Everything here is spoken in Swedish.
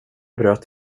bröt